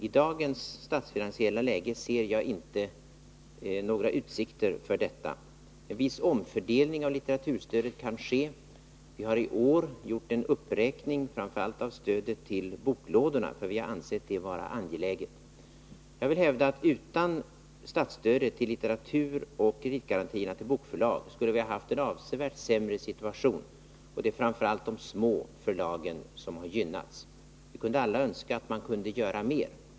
I dagens statsfinansiella läge ser jag emellertid inte några utsikter för detta. En viss omfördelning av litteraturstödet kan dock ske. Vi har i år gjort en uppräkning framför allt av stödet till boklådorna, för vi har ansett det vara angeläget. Jag vill hävda att utan statsstödet till litteratur och kreditgarantierna till bokförlag skulle vi ha haft en avsevärt sämre situation. Det är framför allt de små förlagen som har gynnats. Vi kunde alla önska att man kunde göra mera.